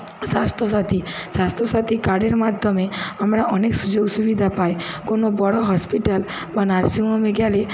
স্বাস্থ্য সাথি স্বাস্থ্য সাথি কার্ডের মাধ্যেমে আমরা অনেক সুযোগ সুবিধা পাই কোনো বড়ো হসপিটাল বা নার্সিংহোমে গেলে